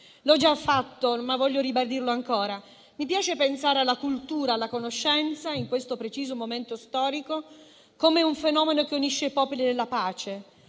L'ho già detto, ma voglio ribadirlo ancora. Mi piace pensare alla cultura e alla conoscenza, in questo preciso momento storico, come ad un fenomeno che unisce i popoli nella pace,